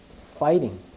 Fighting